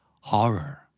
Horror